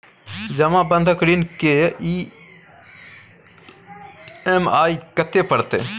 जमा बंधक ऋण के ई.एम.आई कत्ते परतै?